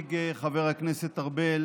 שהציג חבר הכנסת ארבל